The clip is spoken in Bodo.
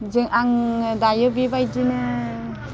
आङो दायो बेबायदिनो